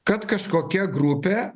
kad kažkokia grupė